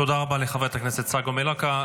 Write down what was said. תודה רבה לחברת הכנסת צגה מלקו.